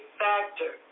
factor